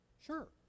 Sure